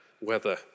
weather